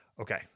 Okay